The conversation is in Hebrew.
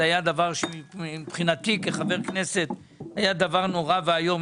זה היה דבר שמבחינתי כחבר כנסת היה נורא ואיום.